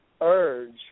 urge